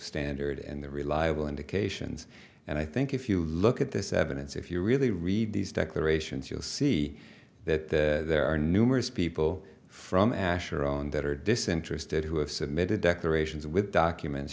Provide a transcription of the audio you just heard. standard and the reliable indications and i think if you look at this evidence if you really read these declarations you'll see that there are numerous people from ashur own that are disinterested who have submitted decorations with documents